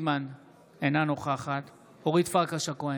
אינה נוכחת אורית פרקש הכהן,